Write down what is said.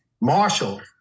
Marshall